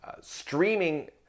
streaming